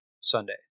Sunday